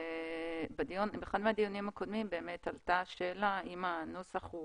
באחד מהדיונים הקודמים עלתה השאלה לגבי הנוסח.